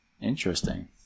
Interesting